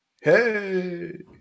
Hey